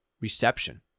reception